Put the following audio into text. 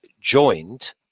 joined